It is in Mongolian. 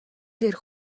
дээрх